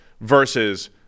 versus